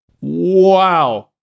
Wow